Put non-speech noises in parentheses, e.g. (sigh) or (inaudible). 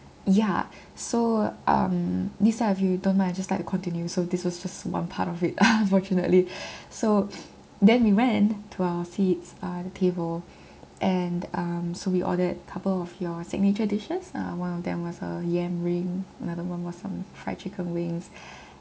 yeah so um lisa if you don't mind I'd just like to continue so this was just one part of it (laughs) unfortunately so (noise) then we went to our seats uh the table and um so we ordered couple of your signature dishes uh one of them was uh yam ring another one was um fried chicken wings